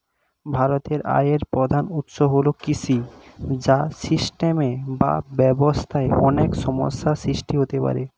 ভারতের আয়ের প্রধান উৎস হল কৃষি, যা সিস্টেমে বা ব্যবস্থায় অনেক সমস্যা সৃষ্টি করতে পারে